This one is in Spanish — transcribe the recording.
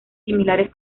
similares